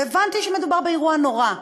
והבנתי שמדובר באירוע נורא,